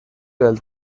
del